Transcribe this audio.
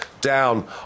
down